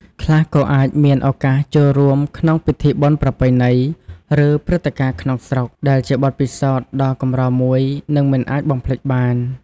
ខ្លះក៏អាចមានឱកាសចូលរួមក្នុងពិធីបុណ្យប្រពៃណី ឬព្រឹត្តិការណ៍ក្នុងស្រុក ដែលជាបទពិសោធន៍ដ៏កម្រមួយ និងមិនអាចបំភ្លេចបាន។